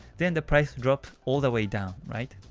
then the price drops all the way down. alright?